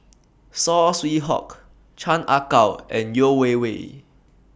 Saw Swee Hock Chan Ah Kow and Yeo Wei Wei